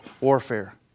warfare